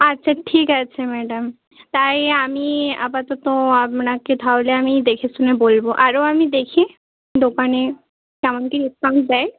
আচ্ছা ঠিক আছে ম্যাডাম তাই আমি আপাতত আপনাকে থাহলে আমি দেখে শুনে বলব আরও আমি দেখি দোকানে কেমন কী ডিসকাউন্ট দেয়